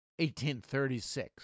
1836